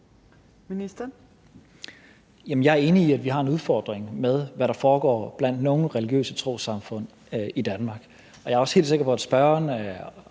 Tesfaye): Jeg er enig i, at vi har en udfordring med, hvad der foregår blandt nogle religiøse trossamfund i Danmark. Jeg er også helt sikker på, at spørgeren